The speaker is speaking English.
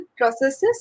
processes